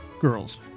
girls